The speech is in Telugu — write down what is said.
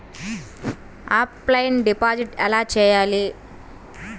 ఆఫ్లైన్ డిపాజిట్ ఎలా చేయాలి?